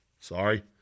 Sorry